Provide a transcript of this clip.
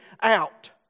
out